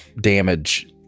damage